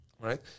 right